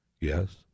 yes